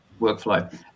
workflow